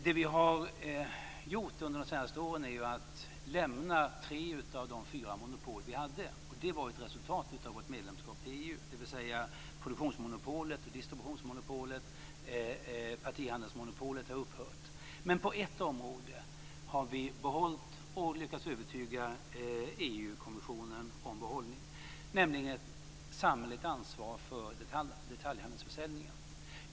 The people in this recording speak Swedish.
Det som vi har gjort under de senaste åren är ju att lämna tre av de fyra monopol som vi hade. Och det var ett resultat av vårt medlemskap i EU. Produktionsmonopolet, distributionsmonopolet och partihandelsmonopolet har upphört. Men på ett område har vi behållit monopolet och lyckats övertyga EU kommissionen om vår hållning, nämligen när det gäller ett samhälleligt ansvar för detaljhandelsförsäljningen.